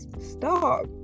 Stop